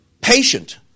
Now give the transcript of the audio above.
patient